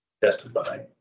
testify